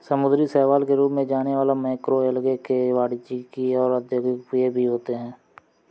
समुद्री शैवाल के रूप में जाने वाला मैक्रोएल्गे के वाणिज्यिक और औद्योगिक उपयोग भी होते हैं